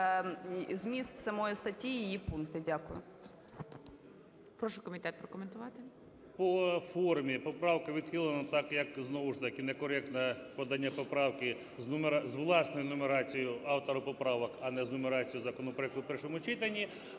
зміст самої статті і її пункти. Дякую.